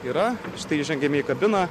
yra štai įžengėme į kabiną